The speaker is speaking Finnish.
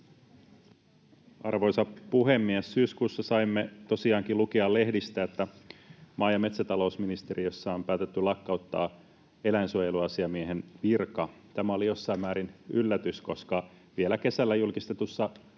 Arvoisa puhemies! Syyskuussa saimme tosiaankin lukea lehdistä, että maa- ja metsätalousministeriössä on päätetty lakkauttaa eläinsuojeluasiamiehen virka. Tämä oli jossain määrin yllätys, koska vielä kesällä julkistetussa